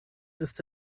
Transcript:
ist